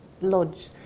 lodge